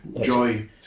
Joy